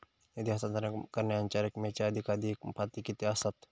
निधी हस्तांतरण करण्यांच्या रकमेची अधिकाधिक पातळी किती असात?